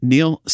Neil